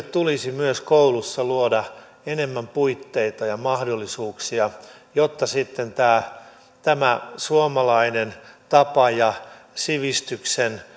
tulisi myös koulussa luoda enemmän puitteita ja mahdollisuuksia jotta sitten tämä tämä suomalainen tapa ja sivistyksen